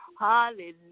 Hallelujah